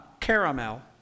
Caramel